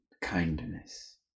Kindness